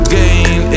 gain